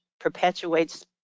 perpetuates